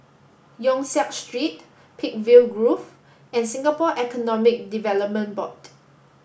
Yong Siak Street Peakville Grove and Singapore Economic Development Board